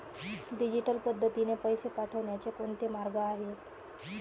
Digital पद्धतीने पैसे पाठवण्याचे कोणते मार्ग आहेत?